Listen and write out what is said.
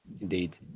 indeed